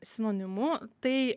sinonimu tai